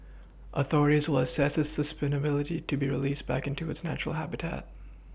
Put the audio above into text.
authorities will assess its suitability to be released back into its natural habitat